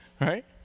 right